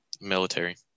military